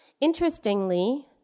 Interestingly